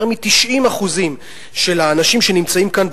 יותר מ-90% של האנשים שנמצאים כאן,